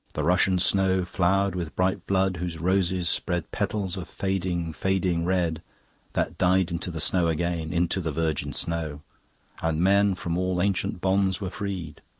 the russian snow flowered with bright blood whose roses spread petals of fading, fading red that died into the snow again, into the virgin snow and men from all ancient bonds were freed.